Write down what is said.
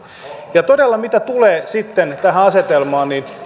ja todella mitä tulee sitten tähän asetelmaan